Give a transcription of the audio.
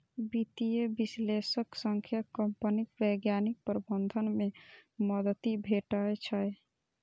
वित्तीय विश्लेषक सं कंपनीक वैज्ञानिक प्रबंधन मे मदति भेटै छै